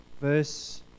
verse